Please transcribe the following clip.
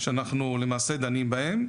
שאנחנו דנים בהם.